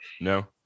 no